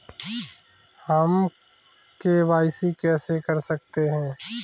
हम के.वाई.सी कैसे कर सकते हैं?